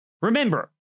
remember